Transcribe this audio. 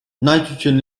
nitrogen